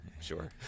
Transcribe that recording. sure